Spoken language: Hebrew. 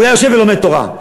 היה יושב ולומד תורה,